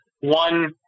one